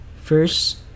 First